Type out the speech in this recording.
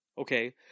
Okay